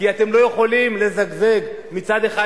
כי אתם לא יכולים לזגזג: מצד אחד,